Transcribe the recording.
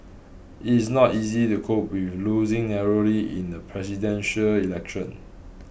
it's not easy to cope with losing narrowly in a Presidential Election